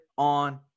On